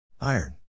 iron